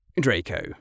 Draco